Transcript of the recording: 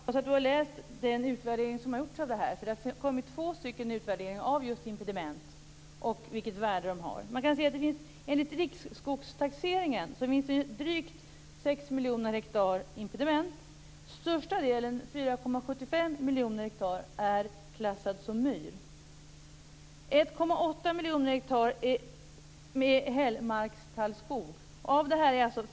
Herr talman! Jag hoppas att Carl G Nilsson har läst den utvärdering som gjorts av det här. Det har kommit två utvärderingar av just impedimenten och deras värde. Enligt riksskogstaxeringen finns det drygt 6 miljoner hektar impediment. Största delen, 4,75 miljoner hektar, klassas som myr. 1,8 miljoner hektar är hällmarkstallskog.